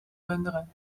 runderen